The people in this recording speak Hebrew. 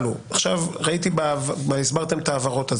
עכשיו הסברתם את ההעברות.